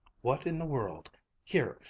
what in the world here,